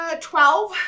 Twelve